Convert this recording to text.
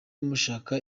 mushaka